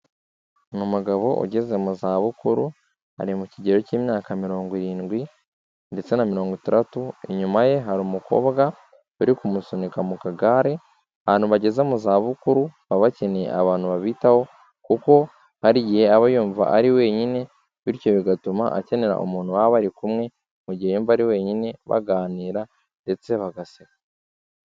Ni umugabo ugeze mu zabukuru, ari mu kigero cy'imyaka mirongo irindwi ndetse na mirongo itandatu, inyuma ye hari umukobwa uri kumusunika mu kagare, abantu bageze mu zabukuru baba bakeneye abantu babitaho kuko hari igihe aba yumva ari wenyine bityo bigatuma akenera umuntu baba bari kumwe mu gihe yumva ari wenyine baganira ndetse bagaseka.